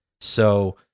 So-